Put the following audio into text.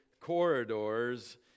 corridors